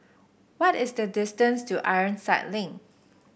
what is the distance to Ironside Link